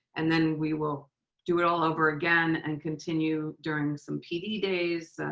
and then we will do it all over again and continue during some pd days.